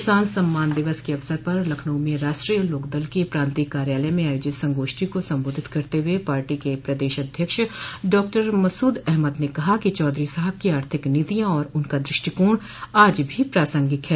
किसान सम्मान दिवस के अवसर पर लखनऊ में राष्ट्रीय लोकदल के प्रांतीय कार्यालय में आयोजित संगोष्ठी को सम्बोधित करते हुए पार्टी के प्रदेश अध्यक्ष डॉक्टर मसूद अहमद ने कहा कि चौधरी साहब की आर्थिक नीतियां और उनका दृष्टिकोण आज भी प्रासांगिक है